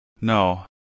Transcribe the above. No